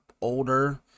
older